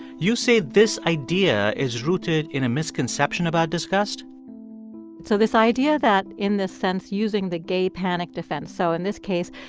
you say this idea is rooted in a misconception about disgust so this idea that in this sense, using the gay panic defense so in this case,